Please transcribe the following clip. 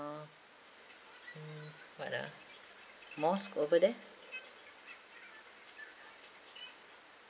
uh what ah mosque over there